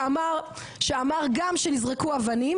שאמר גם שנזרקו אבנים,